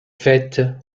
fêtes